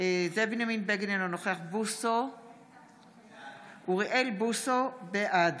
זאב בנימין בגין, אינו נוכח אוריאל בוסו, בעד